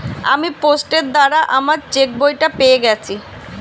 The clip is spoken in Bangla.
আমি পোস্টের দ্বারা আমার চেকবইটা পেয়ে গেছি